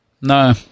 No